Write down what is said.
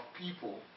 people